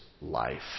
life